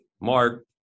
Mark